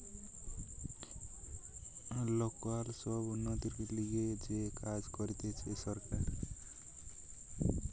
local সব উন্নতির লিগে যে কাজ করতিছে সরকার